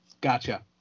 Gotcha